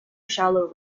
shallow